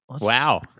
Wow